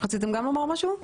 רציתם לומר משהו?